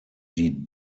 die